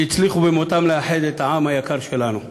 שהצליחו במותם לאחד את העם היקר שלנו,